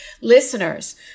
Listeners